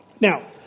Now